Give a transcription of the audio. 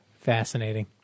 Fascinating